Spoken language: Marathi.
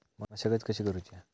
मशागत कशी करूची हा?